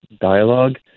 dialogue